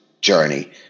journey